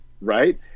Right